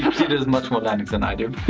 um she does much more landings than i do.